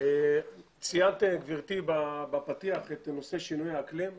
ציינת בפתיח את נושא שינוי האקלים.